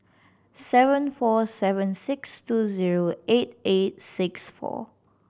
seven four seven six two zero eight eight six four